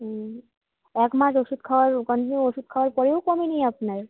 হুম এক মাস ওষুধ খাওয়ার কন্টিনিউ ওষুধ খাওয়ার পরেও কমেনি আপনার